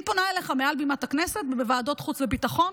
אני פונה אליך מעל בימת בכנסת ובוועדות חוץ וביטחון,